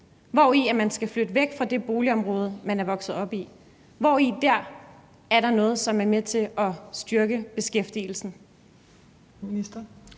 hvori, at man skal flytte væk fra det boligområde, man er vokset op i, er der noget, som er med til at styrke beskæftigelsen?